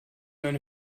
eine